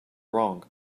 wrong